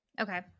Okay